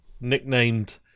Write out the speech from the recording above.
nicknamed